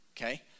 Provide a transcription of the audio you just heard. okay